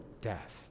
death